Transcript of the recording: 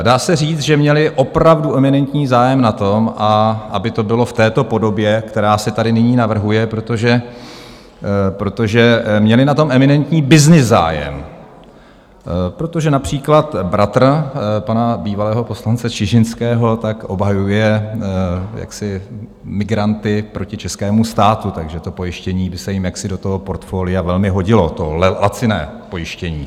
Dá se říct, že měli opravdu eminentní zájem na tom, aby to bylo v této podobě, která se tady nyní navrhuje, protože měli na tom eminentní byznys zájem, protože například bratr pana bývalého poslance Čižinského obhajuje migranty proti českému státu, takže to pojištění by se jim jaksi do toho portfolia velmi hodilo, to laciné pojištění.